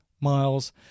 miles